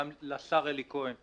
גם לשר אלי כהן,